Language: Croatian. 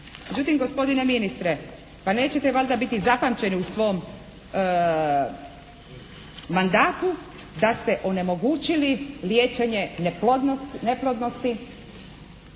Međutim gospodine ministre pa neće biti valjda zapamćeni u svom mandatu da ste onemogućili liječenje neplodnosti